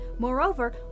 Moreover